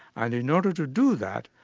and in order to do that,